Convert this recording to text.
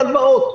והלוואות.